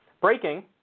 Breaking